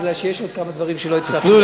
בגלל שיש עוד כמה דברים שלא הצלחתי,